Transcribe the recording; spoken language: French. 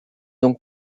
donc